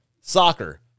soccer